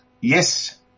yes